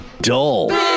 dull